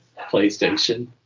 PlayStation